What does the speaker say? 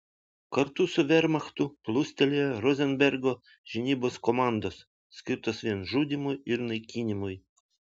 kartu su vermachtu plūstelėjo rozenbergo žinybos komandos skirtos vien žudymui ir naikinimui